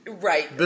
Right